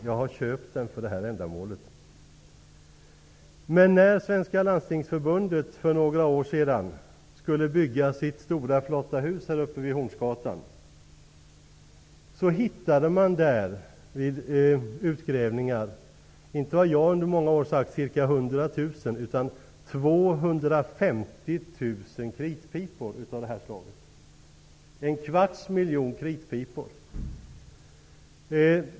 Jag har köpt den för detta ändamål. När Svenska landstingsförbundet för några år sedan skulle bygga sitt stora flotta hus vid Hornsgatan hittade man där vid utgrävningar inte 100 000, som jag under många år har sagt, utan 250 000 kritpipor av detta slag. Det är alltså fråga om en kvarts miljon kritpipor.